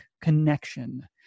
connection